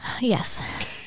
Yes